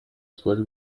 swell